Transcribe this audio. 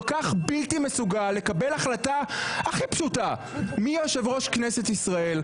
כל כך בלתי מסוגל לקבל החלטה הכי פשוטה מי יושב-ראש כנסת ישראל.